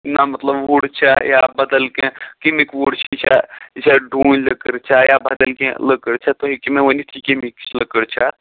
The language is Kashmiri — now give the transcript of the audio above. نہَ مطلب وُڑ چھا یا بَدَل کیٚنٛہہ کٔمِکۍ وُڈ چھُ یہِ چھا یہِ چھا ڈوٗنۍ لٔکٕر چھا یا بَدَل کیٚنٛہہ لٔکٕر چھا تُہۍ ہیٚکِو مےٚ ؤنِتھ یہِ کٔمِکۍ لٔکٕر چھَ